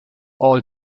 all